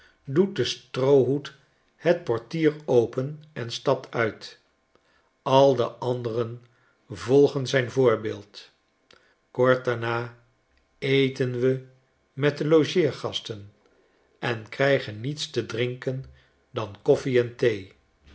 doet de stroohoed het portier open en stapt uit al de anderen volgen zijn voorbeeld kort daarna eten we met de logeergasten en krijgen niets te drinken dan koffie en thee